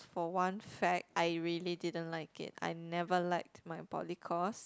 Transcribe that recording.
for one fact I really didn't like it I never liked my poly course